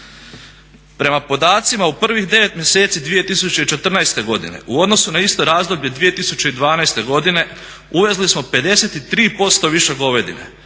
Prema podacima u prvih 9 mjeseci 2014. godine u odnosu na isto razdoblje 2012. godine uvezli smo 53% više govedine,